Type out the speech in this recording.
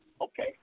Okay